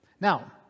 Now